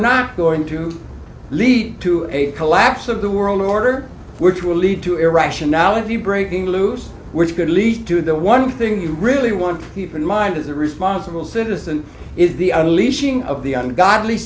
not going to lead to a collapse of the world order which will lead to irrationality breaking loose which could lead to the one thing you really want to keep in mind as a responsible citizen is the unleashing of the un godly